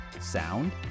sound